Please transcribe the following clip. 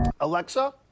Alexa